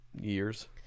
years